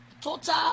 total